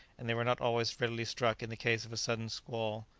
and they were not always readily struck in the case of a sudden squall,